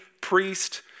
priest